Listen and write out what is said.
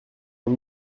ont